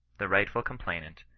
the rightful complainant,